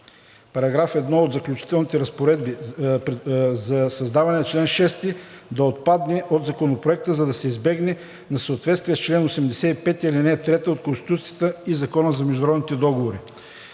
в § 1 от заключителните разпоредби за създаване на чл. 6 да отпадне от Законопроекта, за да се избегне несъответствие с чл. 85, ал. 3 от Конституцията и Закона за международните договори.